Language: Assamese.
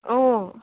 অঁ